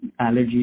allergies